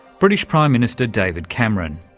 british prime minister david cameron.